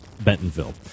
Bentonville